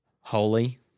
Holy